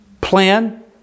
Plan